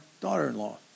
daughter-in-law